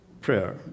prayer